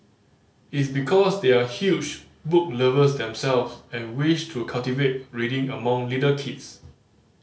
it's because they are huge book lovers themselves and wish to cultivate reading among little kids